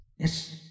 Yes